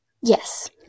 yes